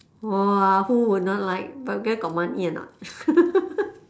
!wah! who would not like but where got money or not